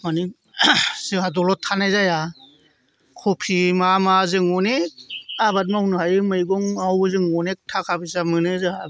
माने जोंहा दलर थानाय जाया कबि मा मा जों अनेग आबाद मावनो हायो मैगं मावो जों अनेग थाखा फैसा मोनो जोंहा